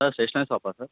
sir stationery షాపా sir